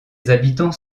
habitants